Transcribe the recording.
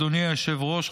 אדוני היושב-ראש,